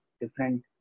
different